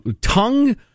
tongue